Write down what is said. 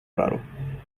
raro